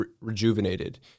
rejuvenated